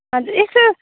हजुर यसो